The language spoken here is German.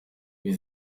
wir